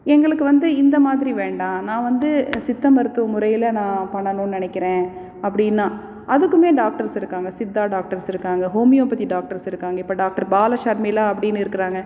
எங்களுக்கு வந்து இந்தமாதிரி வேண்டாம் நான் வந்து சித்த மருத்துவ முறையில் நான் பண்ணணும்னு நினைக்கிறேன் அப்படினா அதுக்குமே டாக்டர்ஸ் இருக்காங்க சித்தா டாக்டர்ஸ் இருக்காங்க ஹோமியோபதி டாக்டர்ஸ் இருக்காங்க இப்போ டாக்டர் பாலஷர்மிளா அப்படினு இருக்குறாங்க